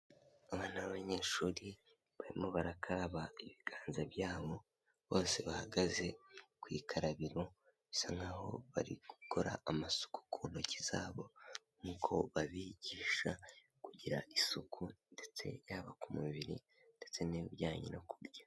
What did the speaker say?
Abana b'abanyeshuri barimo barakaba ibiganza byabo, bose bahagaze ku ikarabiro bisa nkaho bari gukora amasuku ku ntoki zabo nkuko babigisha kugira isuku ndetse yaba ku mubiri ndetse n'ibijyanye no kurya.